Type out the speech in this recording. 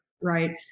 right